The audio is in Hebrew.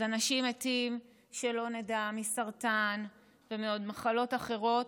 אז אנשים מתים, שלא נדע, מסרטן ומעוד מחלות אחרות,